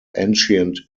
ancient